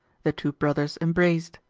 the two brothers embraced.